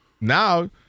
now